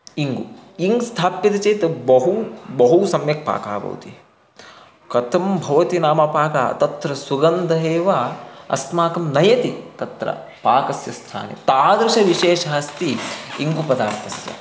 इङ्गु इङ्ग् स्थाप्यते चेत् बहु बहु सम्यक् पाकः भवति कतं भवति नाम पाकः तत्र सुगन्धः एव अस्मान् नयति तत्र पाकस्य स्थाने तादृशविशेषः अस्ति इङ्गुपदार्थस्य